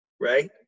right